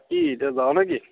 কি এতিয়া যাওঁ নে কি